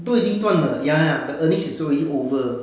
都已经赚了 ya ya the earnings is already over